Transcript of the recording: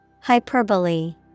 Hyperbole